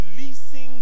releasing